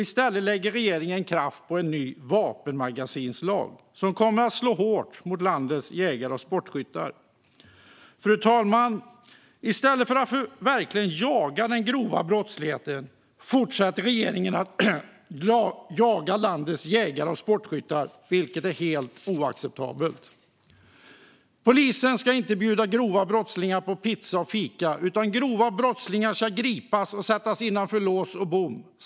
I stället lägger regeringen kraft på en ny vapenmagasinslag, som kommer att slå hårt mot landets jägare och sportskyttar. Fru talman! I stället för att verkligen jaga den grova brottsligheten fortsätter regeringen att jaga landets jägare och sportskyttar, vilket är helt oacceptabelt. Polisen ska inte bjuda grova brottslingar på pizza och fika, utan grova brottslingar ska gripas och sättas innanför lås och bom.